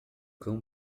cão